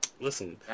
Listen